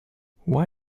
why